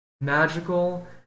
magical